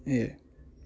এয়াই